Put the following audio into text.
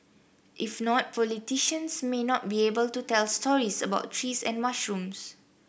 if not politicians may not be able to tell stories about trees and mushrooms